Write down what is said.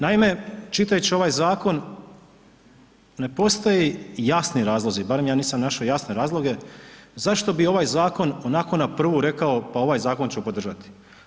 Naime, čitajući ovaj zakon ne postoji jasni razlozi, barem ja nisam našao jasne razloge zašto bi ovaj zakon onako na prvu rekao pa ovaj zakon ću podržati.